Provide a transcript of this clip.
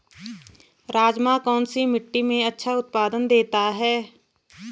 राजमा कौन सी मिट्टी में अच्छा उत्पादन देता है?